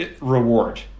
reward